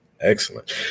excellent